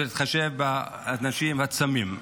להתחשב באנשים הצמים.